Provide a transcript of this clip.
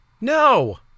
no